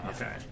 okay